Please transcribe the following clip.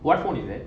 what phone is that